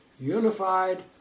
Unified